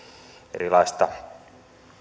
erilaista